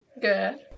Good